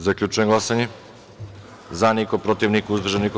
Zaključujem glasanje: za – niko, protiv – niko, uzdržan – niko.